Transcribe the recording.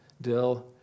dill